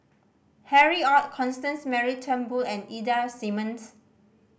Harry Ord Constance Mary Turnbull and Ida Simmons